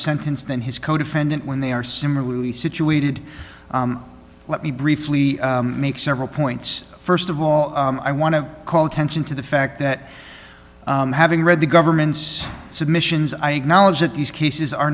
sentence than his codefendant when they are similarly situated let me briefly make several points st of all i want to call attention to the fact that having read the government's submissions i acknowledge that these cases are